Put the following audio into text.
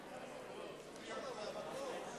בבקשה.